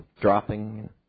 dropping